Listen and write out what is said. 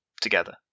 Together